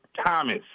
Thomas